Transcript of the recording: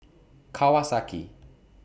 Kawasaki